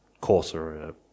coarser